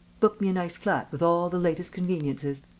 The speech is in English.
book me a nice flat, with all the latest conveniences.